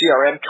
CRM